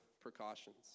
precautions